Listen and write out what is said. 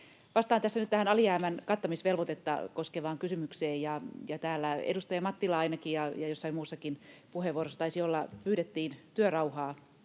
Vastaan tässä nyt tähän alijäämän kattamisvelvoitetta koskevaan kysymykseen. Täällä ainakin edustaja Mattilan ja joissain muissakin puheenvuoroissa pyydettiin työrauhaa